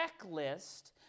checklist